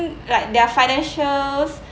like their financials